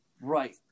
Right